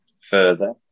further